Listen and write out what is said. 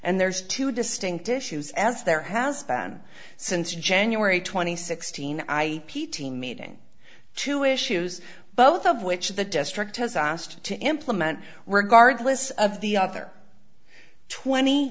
and there's two distinct issues as there has been since january twenty sixth teen i p t a meeting two issues both of which the district has asked to implement regardless of the other twenty